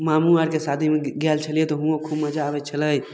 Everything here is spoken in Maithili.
मामू आरके शादीमे गायल छलियै तऽ हुओं खूब मजा आबय छलै